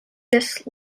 this